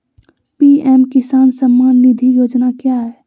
PM Kisan Samman Nidhi योजना क्या है?